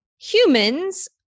humans